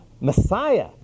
Messiah